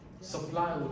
Supply